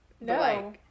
no